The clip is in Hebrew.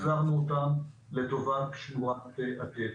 החזרנו אותם לטובת שמורת הטבע.